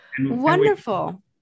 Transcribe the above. Wonderful